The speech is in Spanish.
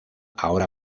ahora